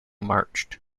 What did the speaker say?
marched